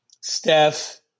Steph